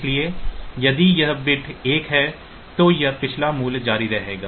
इसलिए यदि यह बिट एक है तो यह पिछला मूल्य जारी रहेगा